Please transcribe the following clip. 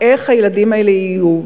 איך הילדים האלה יהיו?